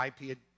IP